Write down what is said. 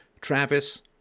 Travis